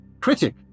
critic